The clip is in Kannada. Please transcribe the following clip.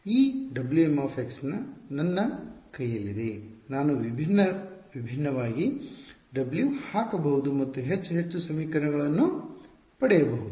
ಈ Wm ನನ್ನ ಕೈಯಲ್ಲಿದೆ ನಾನು ವಿಭಿನ್ನ ವಿಭಿನ್ನವಾಗಿ w ಹಾಕಬಹುದು ಮತ್ತು ಹೆಚ್ಚು ಹೆಚ್ಚು ಸಮೀಕರಣಗಳನ್ನು ಪಡೆಯಬಹುದು